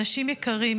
אנשים יקרים,